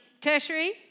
Tertiary